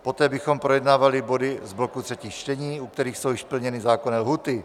Poté bychom projednávali body z bloku třetích čtení, u kterých jsou již splněny zákonné lhůty.